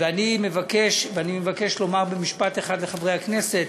ואני מבקש לומר במשפט אחד לחברי הכנסת: